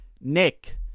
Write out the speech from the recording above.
Nick –